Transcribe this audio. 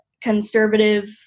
conservative